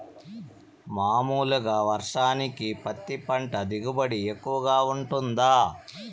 మామూలుగా వర్షానికి పత్తి పంట దిగుబడి ఎక్కువగా గా వుంటుందా?